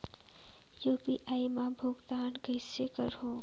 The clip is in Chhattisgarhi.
यू.पी.आई मा भुगतान कइसे करहूं?